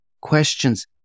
questions